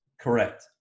Correct